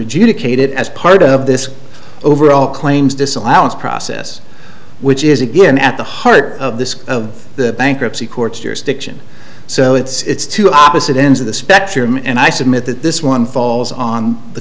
adjudicate it as part of this overall claims disallowance process which is again at the heart of this of the bankruptcy courts jurisdiction so it's two opposite ends of the spectrum and i submit that this one falls on the